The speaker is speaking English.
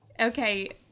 Okay